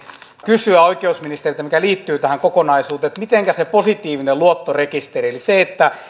kysyä oikeusministeriltä mikä liittyy tähän kokonaisuuteen että mitenkä voi se positiivinen luottorekisteri eli se että